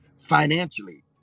financially